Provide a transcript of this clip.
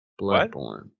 Bloodborne